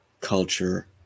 culture